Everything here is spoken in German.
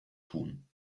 tun